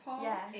ya